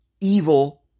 evil